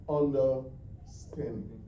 understanding